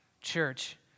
Church